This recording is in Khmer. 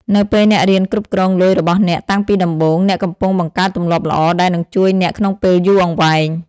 នៅពេលអ្នករៀនគ្រប់គ្រងលុយរបស់អ្នកតាំងពីដំបូង អ្នកកំពុងបង្កើតទម្លាប់ល្អដែលនឹងជួយអ្នកក្នុងពេលយូរអង្វែង។